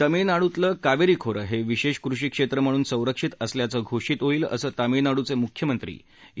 तामिळनाडूतल्या कावेरी खोरं हे विशेष कृषी क्षेत्र म्हणून संरक्षीत असल्याचं घोषित होईल असं तामिळनाडूचे मुख्यमंत्री ई